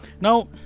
Now